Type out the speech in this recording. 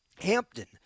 Hampton